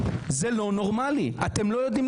נוסף על דיווח